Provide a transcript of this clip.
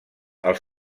els